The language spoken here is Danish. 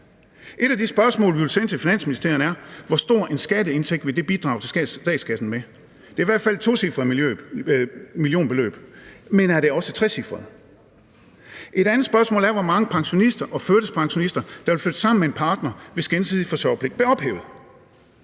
Et af de spørgsmål, vi vil sende til Finansministeriet, er, hvor stor en skatteindtægt det vil bidrage til statskassen med. Det er i hvert fald et tocifret millionbeløb, men er det også trecifret? Et andet spørgsmål er, hvor mange pensionister og førtidspensionister der ville flytte sammen med en partner, hvis gensidig forsørgerpligt blev ophævet.